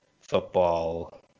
football